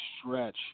stretch